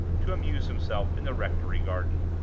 to amuse himself in the rectory garden.